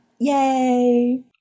Yay